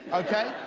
okay.